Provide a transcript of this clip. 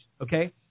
Okay